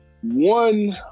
one